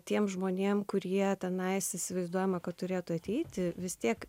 tiems žmonėms kurie tenai su įsivaizduojama kad turėtų ateiti vis tiek